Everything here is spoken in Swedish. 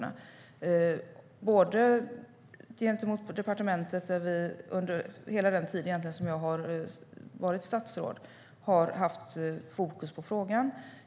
Det gäller gentemot departementet, där vi under hela den tid som jag har varit statsråd har haft fokus på frågan.